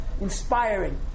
inspiring